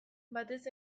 batez